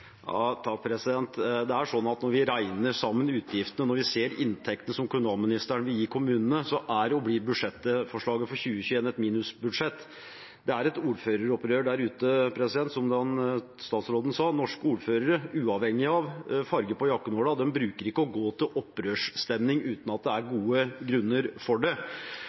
Når man regner sammen utgiftene og ser på inntektene som kommunalministeren vil gi til kommunene, er og blir budsjettforslaget for 2021 et minusbudsjett. Det er et ordføreropprør der ute, som statsråden sa. Norske ordførere – uavhengig av fargen på jakkenåla – bruker ikke å gå til opprørsstemning uten at det er gode grunner for det.